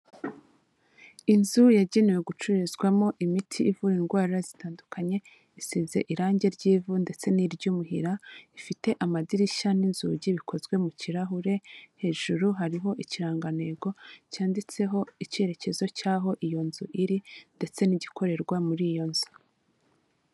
Inzu yagenewe gucururizwamo imiti ivura indwara zitandukanye, isize irange ry'ivu ndetse n'iry'umuhira, ifite amadirishya n'inzugi bikozwe mu kirahure, hejuru hariho ikirangantego, cyanditseho icyerekezo cy'aho iyo nzu iri ndetse n'igikorerwa muri iyo nzu.